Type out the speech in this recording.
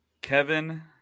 Kevin